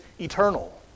eternal